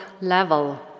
level